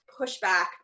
pushback